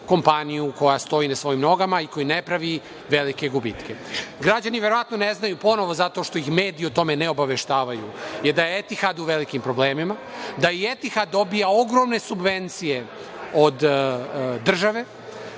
kompaniju koja stoji na svojim nogama i koja ne pravi velike gubitke. Građani verovatno ne znaju, ponovo zato što ih mediji o tome ne obaveštavaju, da je „Etihad“ u velikim problemima, da i „Etihad“ dobija ogromne subvencije od države,